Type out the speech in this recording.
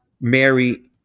Mary